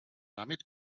damit